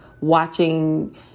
watching